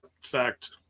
fact